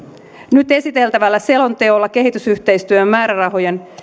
nyt esiteltävällä selonteolla kehitysyhteistyömäärärahojen